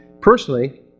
personally